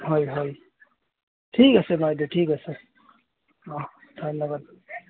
হয় হয় ঠিক আছে বাইদেউ ঠিক আছে ধন্যবাদ